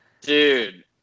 Dude